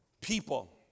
people